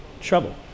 Trouble